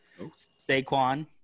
Saquon